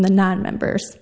the not members